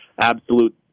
absolute